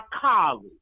college